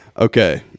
okay